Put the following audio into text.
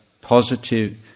positive